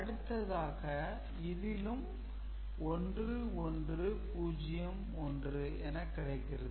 அடுத்ததாக இதிலும் 1 1 0 1 என கிடைக்கிறது